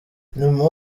nyuma